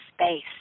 space